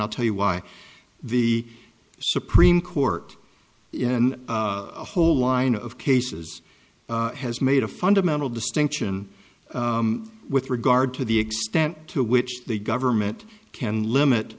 i'll tell you why the supreme court in a whole line of cases has made a fundamental distinction with regard to the extent to which the government can limit